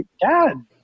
Dad